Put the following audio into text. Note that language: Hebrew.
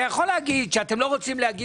אתה יכול להגיד שאתם לא רוצים להגיד